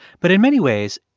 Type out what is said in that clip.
but in many ways,